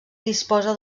disposa